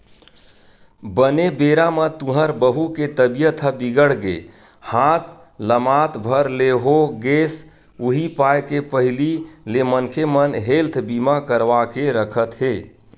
बने बेरा म तुँहर बहू के तबीयत ह बिगड़ गे हाथ लमात भर ले हो गेस उहीं पाय के पहिली ले मनखे मन हेल्थ बीमा करवा के रखत हे